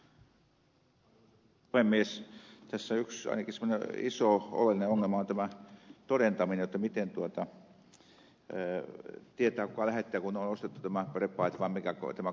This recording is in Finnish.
tässä ainakin yksi semmoinen iso oleellinen ongelma on tämä todentaminen jotta miten tietää kuka on lähettäjä kun on ostettu tämä prepaid kortti